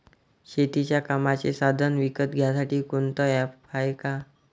शेतीच्या कामाचे साधनं विकत घ्यासाठी कोनतं ॲप हाये का?